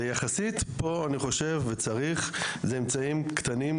ויחסית פה אני חושב שצריך אמצעים קטנים,